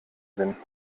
sinn